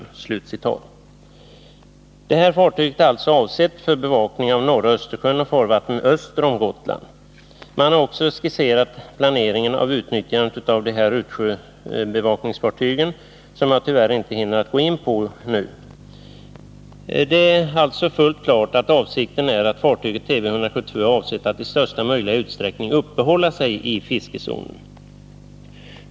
Det här fartyget är alltså avsett för bevakning av norra Östersjön och farvattnen öster om Gotland. Man har också skisserat planer för utnyttjandet av de här utsjöbevakningsfartygen, som jag tyvärr inte hinner gå in på nu. Det är alltså fullt klart att avsikten är att fartyget Tv 172 i största möjliga utsträckning skall uppehålla sig i fiskezonen.